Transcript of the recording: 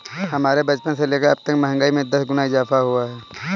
हमारे बचपन से लेकर अबतक महंगाई में दस गुना इजाफा हुआ है